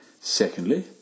Secondly